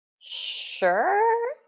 sure